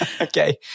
Okay